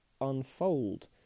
unfold